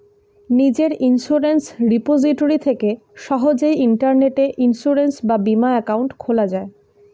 নিজের insurance repository থেকে সহজেই ইন্টারনেটে ইন্সুরেন্স বা বীমা অ্যাকাউন্ট খোলা যায়